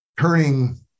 turning